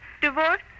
Divorce